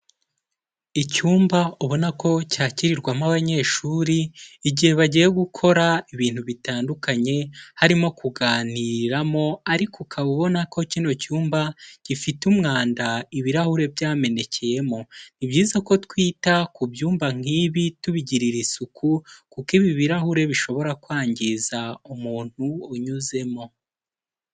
Icyumba ubona ko cyakirirwamo abanyeshuri igihe bagiye gukora ibintu bitandukanye, harimo kuganiriramo ariko ukaba ubona ko kino cyumba gifite umwanda ibirahure byamenekeyemo, ni byiza ko twita ku byumba nk'ibi tubigirira isuku kuko ibi birarahure bishobora kwangiza umuntu unyuzemo.